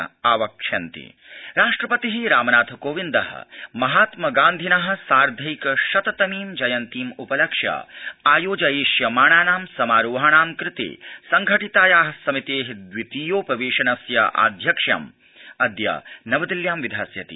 राष्ट्रपति राष्ट्रपति रामनाथ कोविन्द महात्मा गान्धिन साधैंक शत तर्मी जयन्तीम् उपलक्ष्य आयोजयिष्यमाणानां समारोहाणां कृते संघटिताया समिते द्वितीयोपवेशनस्य आध्यक्ष्यम् अद्य नवदिल्ल्यां विधास्यति